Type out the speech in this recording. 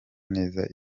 neza